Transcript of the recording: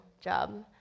job